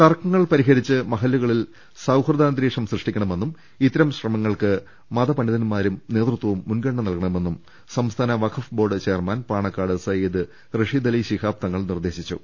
തർക്കങ്ങൾ പരിഹരിച്ച് മഹല്ലുകളിൽ സൌഹൃദ അന്തരീക്ഷം സൃ ഷ്ടിക്കണമെന്നും ഇത്തരം ശ്രമങ്ങൾക്ക് മതപണ്ഡിതൻമാരും നേ തൃത്വവും മുൻഗണന നൽകണമെന്നും സംസ്ഥാന വഖ്ഫ് board chairman Panakkad Sayyid Rasheedali Shihab Thangal നിർദേശിച്ചു